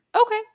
Okay